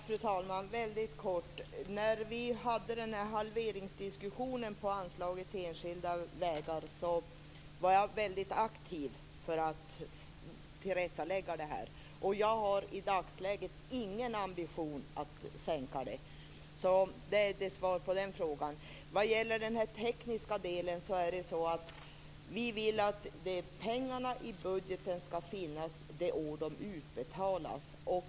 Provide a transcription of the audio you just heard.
Fru talman! Väldigt kort. När vi hade halveringsdiskussionen om anslaget till enskilda vägar var jag mycket aktiv för att tillrättalägga detta. Jag har i dagsläget ingen ambition att sänka anslaget. Det är svaret på den frågan. Vad gäller den tekniska delen vill vi att pengarna i budgeten skall finnas det år de utbetalas.